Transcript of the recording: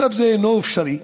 מצב זה אינו אפשרי.